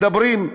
מדברים,